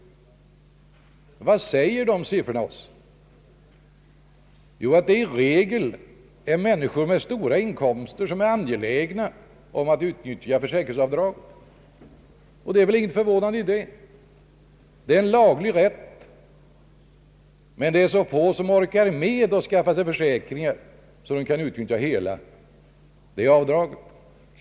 Vad säger de siffrorna oss? Jo, att det i regel är människor med stora inkomster som är angelägna om att utnyttja försäkringsavdraget. Och det är väl inget förvånande i det. Det är en laglig rätt att göra avdrag, men det är så få som orkar med att skaffa sig så stora försäkringar att de kan utnyttja hela avdraget.